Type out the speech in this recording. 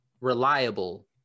reliable